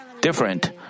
different